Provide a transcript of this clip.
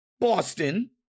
Boston